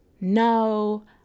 no